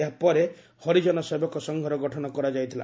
ଏହା ପରେ ହରିଜନ ସେବକ ସଂଘର ଗଠନ କରାଯାଇଥିଲା